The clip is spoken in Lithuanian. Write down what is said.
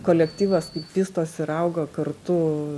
kolektyvas kaip vystos ir auga kartu